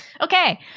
okay